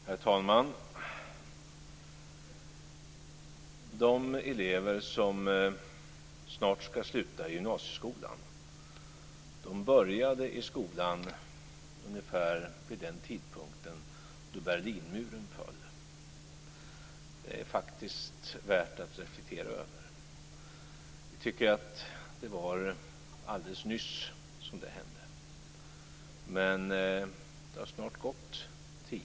Herr talman! De elever som snart ska sluta gymnasieskolan började skolan ungefär vid den tidpunkt då Berlinmuren föll. Det är faktiskt värt att reflektera över. Vi tycker att det var alldeles nyss som det hände, men det har snart gått tio år.